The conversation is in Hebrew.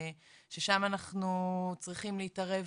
ששם אנחנו צריכים להתערב,